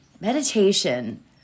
Meditation